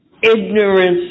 Ignorance